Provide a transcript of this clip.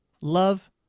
love